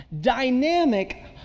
dynamic